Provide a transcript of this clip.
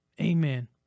Amen